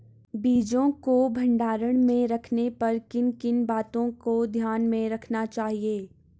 बीजों को भंडारण में रखने पर किन किन बातों को ध्यान में रखना चाहिए?